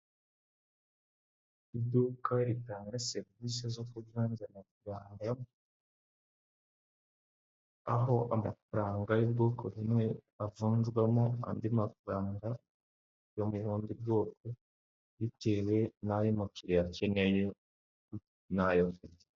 Iduka ritanga serivisi zo kuganza aho amafaranga, aho amafaranga y'ubwoko bumwe avunjwamo andi mafaranga yo mubundi bwoko, bitewe n'ayo umukiriya akeneye nayo.